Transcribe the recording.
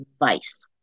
advice